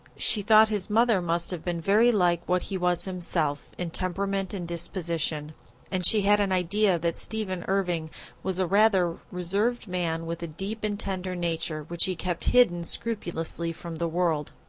she thought his mother must have been very like what he was himself, in temperament and disposition and she had an idea that stephen irving was a rather reserved man with a deep and tender nature which he kept hidden scrupulously from the world.